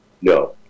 No